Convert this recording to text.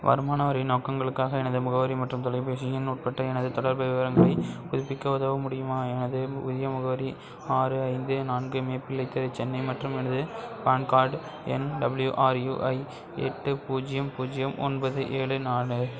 வருமான வரி நோக்கங்களுக்காக எனது முகவரி மற்றும் தொலைபேசி எண் உட்பட்ட எனது தொடர்பு விவரங்களைப் புதுப்பிக்க உதவ முடியுமா எனது புதிய முகவரி ஆறு ஐந்து நான்கு மேப்பிள்ளை தெரு சென்னை மற்றும் எனது பான் கார்டு எண் டபிள்யுஆர்யுஐ எட்டு பூஜ்ஜியம் பூஜ்ஜியம் ஒன்பது ஏழு நாலு